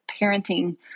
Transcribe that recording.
parenting